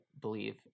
believe